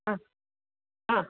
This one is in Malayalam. ആ ആ